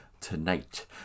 tonight